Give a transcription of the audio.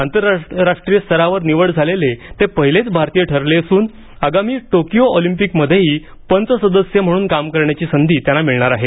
आंतरराष्ट्रीय स्तरावर निवड झालेले ते पहिलेच भारतीय ठरले अस्रन आगामी टोकियो ऑलम्पिकमध्येही पंच सदस्य म्हणून काम पाहण्याची त्यांना संधी मिळणार आहे